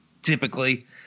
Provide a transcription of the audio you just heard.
Typically